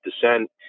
descent